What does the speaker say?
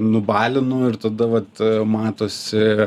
nubalinu ir tada vat matosi